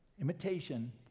Imitation